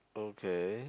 okay